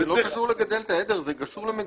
זה לא קשור ללגדל את העדר, זה קשור למגורים.